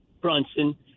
Brunson